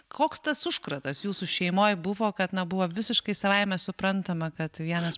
koks tas užkratas jūsų šeimoj buvo kad na buvo visiškai savaime suprantama kad vienas